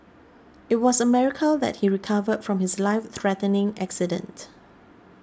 it was a miracle that he recovered from his life threatening accident